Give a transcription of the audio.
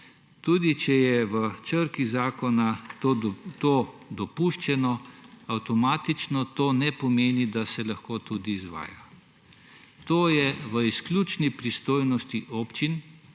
Tudi, če je v črki zakona to dopuščeno, avtomatično to ne pomeni, da se lahko tudi izvaja. To je v izključni pristojnosti občin,